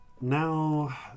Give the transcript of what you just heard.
now